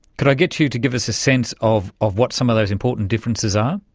could i get you to give us a sense of of what some of those important differences are?